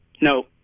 No